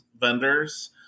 vendors